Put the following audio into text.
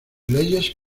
leyes